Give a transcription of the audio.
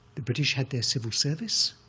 the british had their civil service,